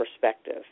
perspective